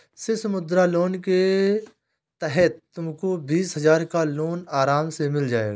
शिशु मुद्रा लोन के तहत तुमको बीस हजार का लोन आराम से मिल जाएगा